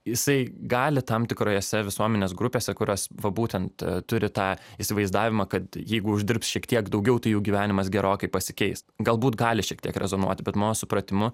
jisai gali tam tikrose visuomenės grupėse kurios va būtent turi tą įsivaizdavimą kad jeigu uždirbs šiek tiek daugiau tai jų gyvenimas gerokai pasikeis galbūt gali šiek tiek rezonuoti bet mano supratimu